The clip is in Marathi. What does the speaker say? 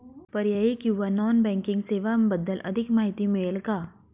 पर्यायी किंवा नॉन बँकिंग सेवांबद्दल अधिक माहिती मिळेल का?